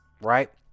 right